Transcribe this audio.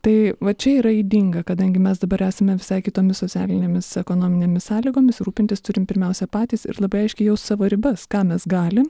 tai va čia yra ydinga kadangi mes dabar esame visai kitomis socialinėmis ekonominėmis sąlygomis rūpintis turim pirmiausia patys ir labai aiškiai jaust savo ribas ką mes galim